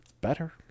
Better